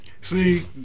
See